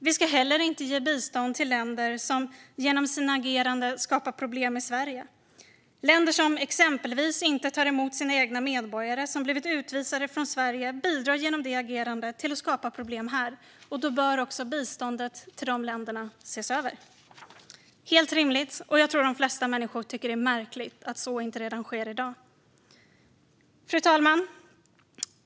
Vi ska heller inte ge bistånd till länder som genom sitt agerande skapar problem i Sverige. Länder som exempelvis inte tar emot sina egna medborgare som blivit utvisade från Sverige bidrar genom sitt agerande till att skapa problem här, och då bör biståndet till dessa länder ses över. Det vore helt rimligt, och jag tror att de flesta människor tycker att det är märkligt att så inte redan sker i dag. Fru talman!